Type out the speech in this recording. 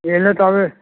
এলে তবে